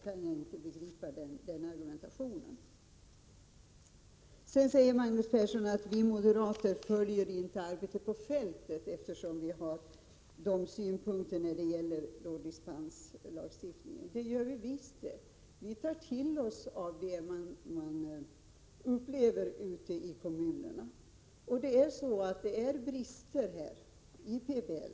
Den argumentationen kan jag inte begripa. På grundval av våra synpunkter när det gäller dispenslagstiftningen sade Magnus Persson att vi moderater inte följer arbetet på fältet. Det gör vi visst! Vi tar till oss av vad man upplever ute i kommunerna. Det finns brister i PBL.